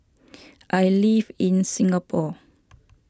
I live in Singapore